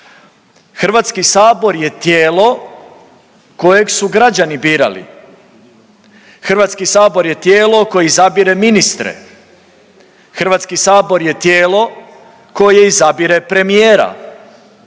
Hrvatski sabor je tijelo kojeg su građani birali. Hrvatski sabor je tijelo koje izabire ministre. Hrvatski sabor je tijelo koje izabire premijera.